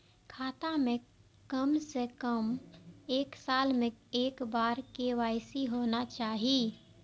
खाता में काम से कम एक साल में एक बार के.वाई.सी होना चाहि?